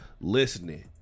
listening